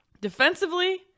Defensively